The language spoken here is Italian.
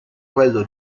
quello